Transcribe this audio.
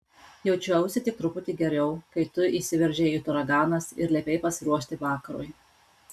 jaučiausi tik truputį geriau kai tu įsiveržei it uraganas ir liepei pasiruošti vakarui